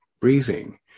breathing